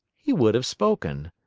he would have spoken,